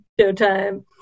showtime